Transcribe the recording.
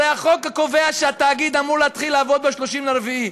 הרי החוק קובע שהתאגיד אמור להתחיל לעבוד ב-30 באפריל.